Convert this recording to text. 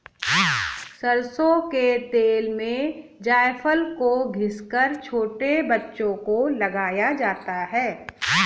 सरसों के तेल में जायफल को घिस कर छोटे बच्चों को लगाया जाता है